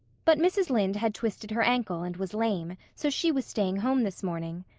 but mrs. lynde had twisted her ankle and was lame, so she was staying home this morning.